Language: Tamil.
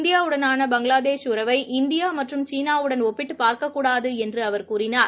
இந்தியாவுடனான பங்களாதேஷ் உறவை இந்தியாமற்றும் சீனாவுடன் ஒப்பிட்டுப் பார்க்கக்கூடாதுஎன்றுஅவர் கூறினார்